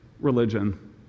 religion